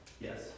Yes